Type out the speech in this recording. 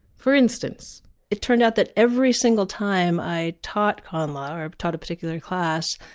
for instance it turned out that every single time i taught con law or taught a particular class,